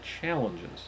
challenges